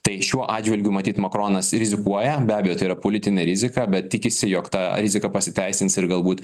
tai šiuo atžvilgiu matyt makronas rizikuoja be abejo tai yra politinė rizika bet tikisi jog ta rizika pasiteisins ir galbūt